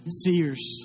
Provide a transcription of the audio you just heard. seers